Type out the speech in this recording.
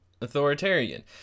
Authoritarian